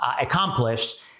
accomplished